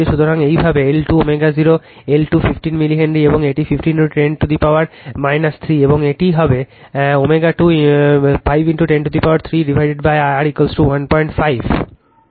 সুতরাং একইভাবে L2 ω0 L2 15 millihenry এবং এটি 15 10 টু দা পাওয়ার 3 এবং এটি হবে ω25 10 3 R 2 15